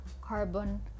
carbon